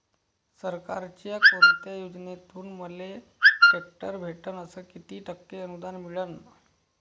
सरकारच्या कोनत्या योजनेतून मले ट्रॅक्टर भेटन अस किती टक्के अनुदान मिळन?